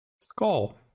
Skull